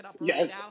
Yes